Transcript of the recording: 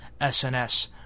SNS